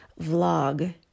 vlog